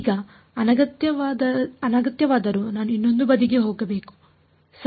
ಈಗ ಅನಗತ್ಯವಾದರೂ ನಾನು ಇನ್ನೊಂದು ಬದಿಗೆ ಹೋಗಬೇಕು ಸರಿ